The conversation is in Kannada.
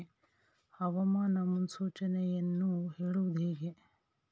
ಹವಾಮಾನ ಮುನ್ಸೂಚನೆಯನ್ನು ಹೇಳುವುದು ಹೇಗೆ?